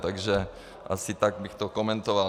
Takže asi tak bych to komentoval.